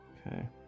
Okay